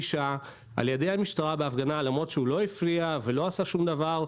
שעה על ידי המשטרה בהפגנה למרות שהוא לא הפריע ולא עשה שום דבר,